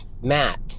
Matt